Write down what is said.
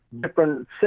different